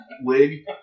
wig